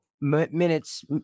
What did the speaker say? Minutes